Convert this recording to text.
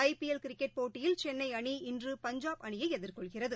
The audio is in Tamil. ஐ பிஎல் கிரிக்கெட் போட்டியில் சென்னைஅணி இன்று பஞ்சாப் அணியைஎதிர்கொள்கிறது